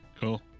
Cool